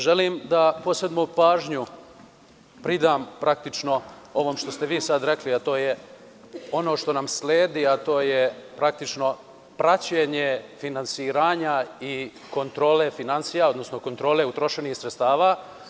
Želim da posebnu pažnju pridam ovome što ste vi rekli, a to je ono što nas sledi, a to je praktično praćenje finansiranja i kontrole finansija, odnosno kontrole utrošenih sredstava.